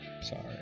sorry